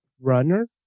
Runner